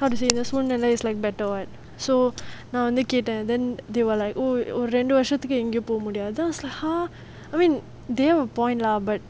how to say this one delays like better [what] so நான் வந்து கேட்டேன்:naan vanthu kaetaen then they were like oh ரெண்டு வருஷம் எங்கயும் போக முடியாது:rendu varusham engaeyum poga mudiyaathu then I was like !huh! I mean they have a point lah but